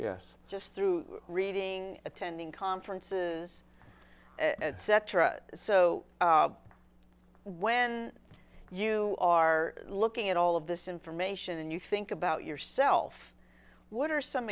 yes just through reading attending conferences etc so when you are looking at all of this information and you think about yourself what are some